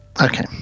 Okay